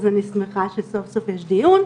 אז אני שמחה שסוף סוף יש דיון.